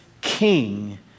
king